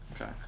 Okay